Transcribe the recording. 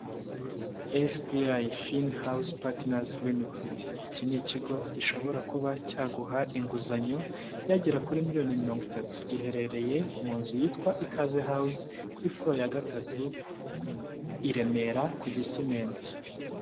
Efu piyayi fini hawuze patenazi limitidi, iki ni ikigo gishobora kuba cyaguha inguzanyo yagera kuri miliyoni mirongo itatu giherereye mu nzu yitwa ikaze hawuze kuri furo ya gatatu i Remera kugisimenti.